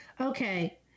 Okay